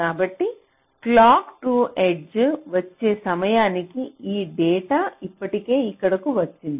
కాబట్టి clock 2 edge వచ్చే సమయానికి ఈ డేటా ఇప్పటికే ఇక్కడకు వచ్చింది